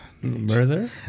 Murder